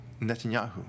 Netanyahu